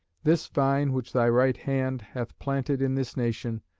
this vine which thy right hand hath planted in this nation,